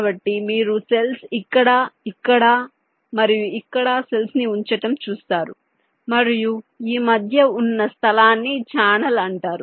కాబట్టి మీరు సెల్స్ ఇక్కడ ఇక్కడ మరియు ఇక్కడ సెల్స్ ని ఉంచటం చూస్తారు మరియు ఈ మధ్య ఉన్న స్థలాన్ని ఛానెల్ అంటారు